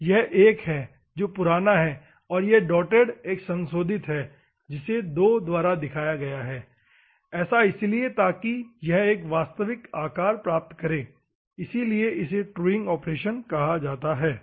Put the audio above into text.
यह 1 है जो पुराना है और ये डॉटेड एक संशोधित है जिसे 2 द्वारा दिखाया गया है ऐसा इसलिए ताकि यह एक वास्तविक आकार प्राप्त करे इसलिए इसे ट्रूइंग ऑपरेशन कहा जाता है ठीक है